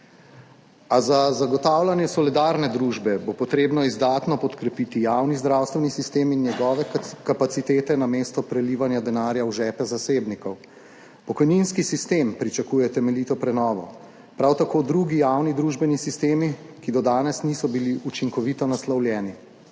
A za zagotavljanje solidarne družbe bo potrebno izdatno podkrepiti javni zdravstveni sistem in njegove kapacitete namesto prelivanja denarja v žepe zasebnikov. Pokojninski sistem pričakuje temeljito prenovo, prav tako drugi javni družbeni sistemi, ki do danes niso bili učinkovito naslovljeni.